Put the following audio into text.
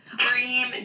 Dream